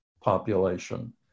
population